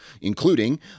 including